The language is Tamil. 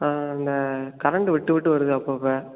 ஆ அதில் கரெண்ட்டு விட்டு விட்டு வருது அப்பப்போ